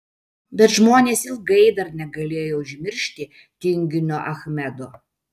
bet žmonės ilgai dar negalėjo užmiršti tinginio achmedo